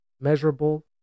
measurable